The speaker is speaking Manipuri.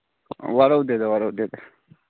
ꯋꯥꯔꯧꯗꯦꯗ ꯋꯥꯔꯧꯗꯦꯗ